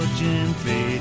gently